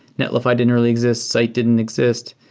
netlify didn't really exist. site didn't exist.